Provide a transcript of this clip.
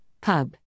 Pub